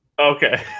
Okay